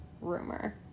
rumor